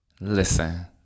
Listen